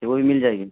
رو م مل جائے گی